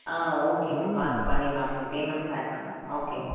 ஆ okay ma'am பார்த்து பண்ணிடலாம் நீங்கள் பேமெண்ட் ஸ்டார்ட் பண்ணிவிடுங்க ஓகே மேம்